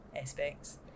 aspects